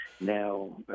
now